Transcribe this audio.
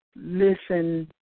listen